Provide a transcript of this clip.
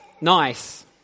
nice